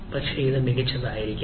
പക്ഷേ ഇത് മികച്ചതായിരിക്കാം